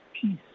peace